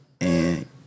and-